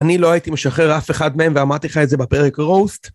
אני לא הייתי משחרר אף אחד מהם ואמרתי לך את זה בפרק רוסט.